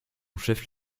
chef